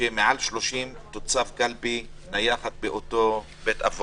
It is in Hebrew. מעל 30 דיירים תוצב קלפי נייחת באותו מקום.